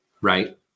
right